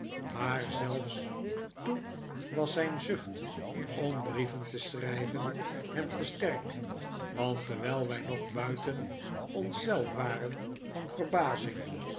maar zelfs toen was zijn zucht om brieven te sehrijven hem te sterk want terwijl wij nog buiten ons zelf waren van verbazing